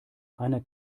einer